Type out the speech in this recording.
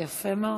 יפה מאוד.